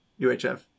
UHF